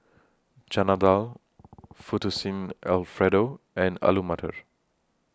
Chana Dal Fettuccine Alfredo and Alu Matar